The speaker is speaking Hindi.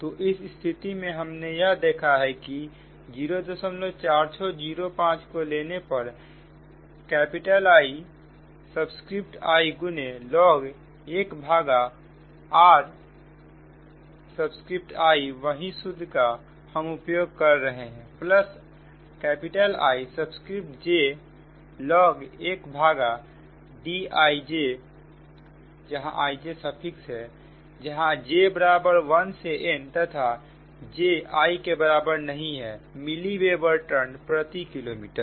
तो इस स्थिति में हमने यह देखा है कि 04605 को लेने पर Ii गुने log 1 भागा riवही सूत्र का हम उपयोग कर रहे हैं प्लस Ij log 1 भागा Dijजहां j1 से n तथा j i के बराबर नहीं है मिली वेबर टर्न प्रति किलोमीटर